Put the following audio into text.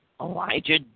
Elijah